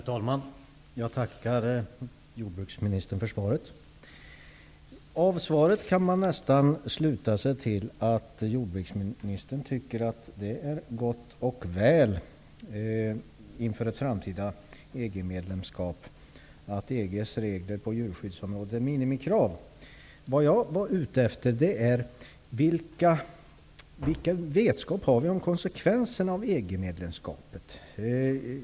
Herr talman! Jag tackar jordbruksministern för svaret. Av svaret kan man nästan sluta sig till att jordbruksministern tycker att det är gott och väl inför ett framtida EG-medlemskap att EG:s regler på djurskyddsområdet är minimikrav. Vad jag var ute efter är vad vi vet om konsekvenserna av ett EG-medlemskap.